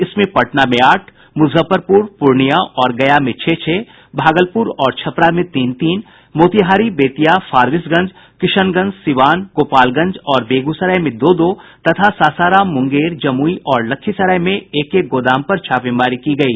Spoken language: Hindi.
इसमें पटना में आठ मुजफ्फरपुर पूर्णिया और गया में छह छह भागलपुर और छपरा में तीन तीन मोतिहारी बेतिया फारबिसगंज किशनगंज सिवान गोपालगंज और बेगूसराय में दो दो तथा सासाराम मुंगेर जमुई और लखीसराय में एक एक गोदाम पर छापेमारी की गयी